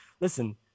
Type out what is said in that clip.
listen